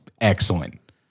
excellent